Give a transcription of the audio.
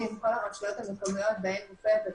על כל הרשויות המקומיות בהן מופעלת התוכנית,